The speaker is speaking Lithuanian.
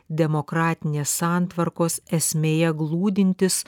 demokratinės santvarkos esmėje glūdintis